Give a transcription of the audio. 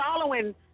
following